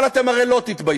אבל אתם הרי לא תתביישו,